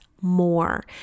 more